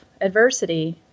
adversity